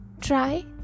try